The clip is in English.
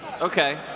Okay